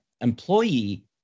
employee